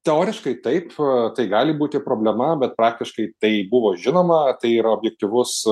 teoriškai taip tai gali būt ir problema bet praktiškai tai buvo žinoma tai yra objektyvus